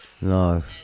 No